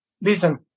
Listen